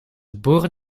boer